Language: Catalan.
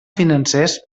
financers